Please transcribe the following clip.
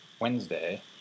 Wednesday